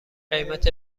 قیمت